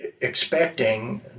expecting